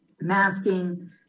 masking